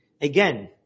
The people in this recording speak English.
Again